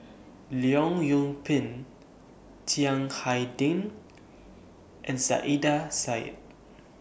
Leong Yoon Pin Chiang Hai Ding and Saiedah Said